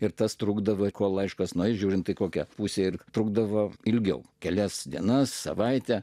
ir tas trukdavo kol laiškas nors žiūrint kokia pusė ir trukdavo ilgiau kelias dienas savaitę